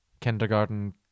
Kindergarten